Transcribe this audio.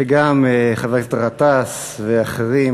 וגם חבר הכנסת גטאס ואחרים.